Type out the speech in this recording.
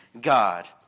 God